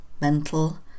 mental